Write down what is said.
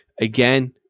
Again